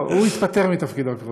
לא, הוא התפטר מתפקידו כשר התקשורת.